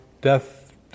death